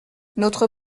notre